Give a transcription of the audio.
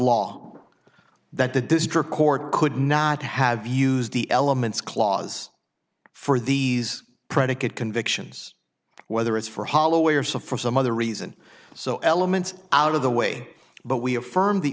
law that the district court could not have used the elements clause for these predicate convictions whether it's for holloway or so for some other reason so elements out of the way but we affirm the